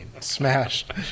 Smashed